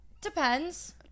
depends